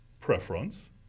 preference